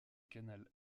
canal